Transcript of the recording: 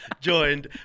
joined